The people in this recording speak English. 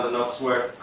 elsewhere.